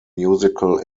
musical